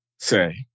say